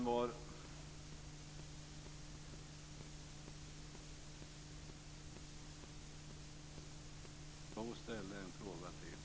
Bo ställde en fråga till.